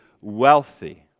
wealthy